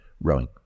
rowing